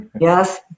Yes